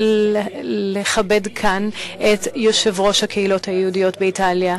לכבד כאן את יושב-ראש הקהילות היהודיות באיטליה,